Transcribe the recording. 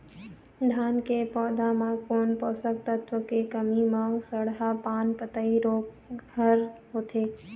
धान के पौधा मे कोन पोषक तत्व के कमी म सड़हा पान पतई रोग हर होथे?